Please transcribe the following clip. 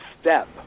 step